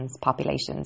populations